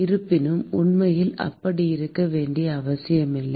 இருப்பினும் உண்மையில் அப்படி இருக்க வேண்டிய அவசியமில்லை